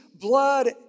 blood